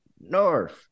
North